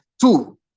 Two